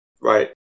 right